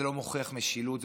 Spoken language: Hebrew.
זה לא מוכיח משילות.